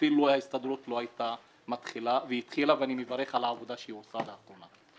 אפילו ההסתדרות לא הייתה מתחילה ואני מברך על העבודה שהיא עושה לאחרונה.